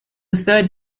third